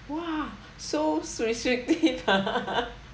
!wah! so restrictive ah